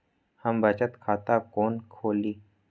हम बचत खाता कोन खोली?